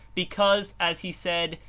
because, as he said,